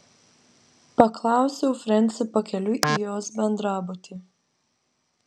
paklausiau frensį pakeliui į jos bendrabutį